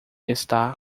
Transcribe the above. está